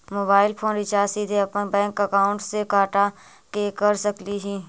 Mobile phone recharge सीधे अपन bank account से कटा के कर सकली ही?